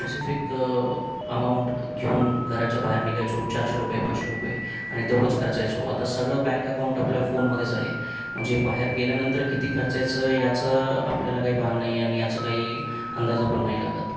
specific amount घेऊन घराच्या बाहेर निघायचो चारशे रुपये पाचशे रुपये आणि तेवढंच खर्चायचो आता सगळं बँक अकाऊंट आपल्या फोनमध्येच आहे म्हणजे बाहेर गेल्यानंतर किती खर्चायचं याचं आपल्याला काही भान नाही आणि याच काही अंदाजा पण नाही लागत